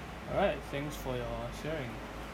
alright thanks for your sharing